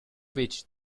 which